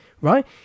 right